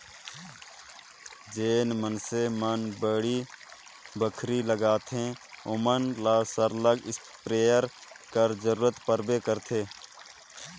जेन मइनसे मन बाड़ी बखरी लगाथें ओमन ल सरलग इस्पेयर कर जरूरत परबे करथे